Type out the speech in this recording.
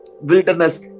wilderness